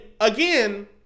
again